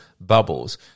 bubbles